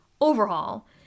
Overhaul